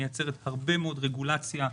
מייצרת הרבה מאוד רגולציה,